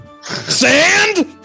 Sand